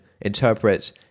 interpret